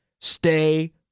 stay